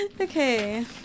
Okay